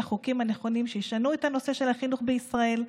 החוקים הנכונים שישנו את הנושא של החינוך בישראל,